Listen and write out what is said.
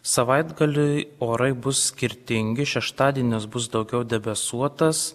savaitgalį orai bus skirtingi šeštadienis bus daugiau debesuotas